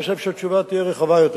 אני חושב שהתשובה תהיה רחבה יותר.